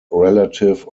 relative